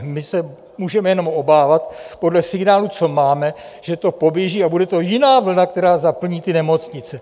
My se můžeme jenom obávat podle signálů, co máme, že to poběží, a bude to jiná vlna, která zaplní ty nemocnice.